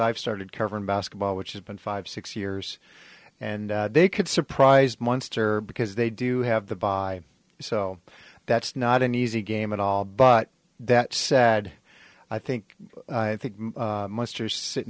i've started covering basketball which has been five six years and they could surprise munster because they do have the bye so that's not an easy game at all but that said i think i think most are sitting